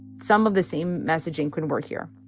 some of the same messaging can work here